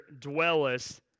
dwellest